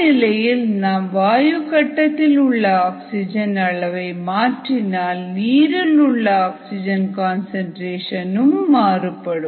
சமநிலையில் நாம் வாயு கட்டத்திலுள்ள ஆக்சிஜன் அளவை மாற்றினால் நீரில் உள்ள ஆக்சிஜன் கன்சன்ட்ரேஷன்னும் மாறுபடும்